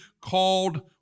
called